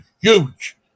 huge